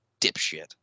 dipshit